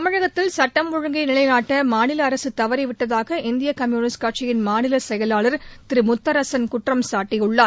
தமிழகத்தில் சட்டம் ஒழுங்கை நிலைநாட்ட மாநில அரசு தவறிவிட்டதாக இந்திய கம்புனிஸ்ட் கட்சியின் மாநில செயலாளர் திரு முத்தரசன் குற்றம்சாட்டியுள்ளார்